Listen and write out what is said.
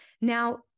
Now